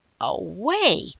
away